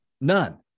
None